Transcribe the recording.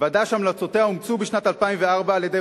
ועדה שהמלצותיה אומצו בשנת 2004 על-ידי